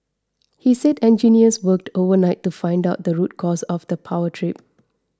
he said engineers worked overnight to find out the root cause of the power trip